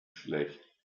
schlecht